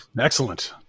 Excellent